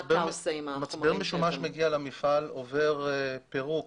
מצבר משומש מגיע למפעל, עובר פירוק,